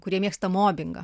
kurie mėgsta mobingą